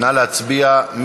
נא להצביע.